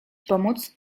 pomóc